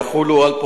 (תיקון מס' 4)